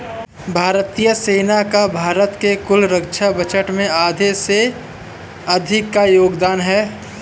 भारतीय सेना का भारत के कुल रक्षा बजट में आधे से अधिक का योगदान है